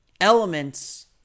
elements